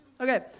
Okay